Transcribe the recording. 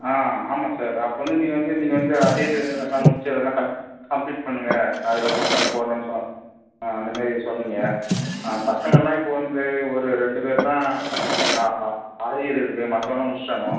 ஆ ஆமாம் சார் அப்போ வந்து நீங்கள் வந்து நீங்கள் வந்து அரியர் அதெலாம் முடித்து அதெலாம் கம்ப் கம்ப்ளீட் பண்ணுங்கள் அதுக்கப்புறம் போலாம்னு சொ அந்த மாரி சொன்னிங்கள் பசங்களாம் இப்போது வந்து ஒரு ரெண்டு பேர் தான் அ அ அரியர் இருக்குது மற்றவன்லாம் முடிச்சுட்டானுவோ